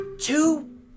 two